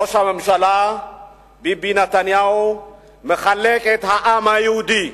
ראש הממשלה ביבי נתניהו מחלק את העם היהודי.